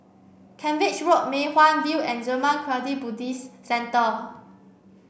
Cavenagh Road Mei Hwan View and Zurmang Kagyud Buddhist Centre